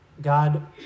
God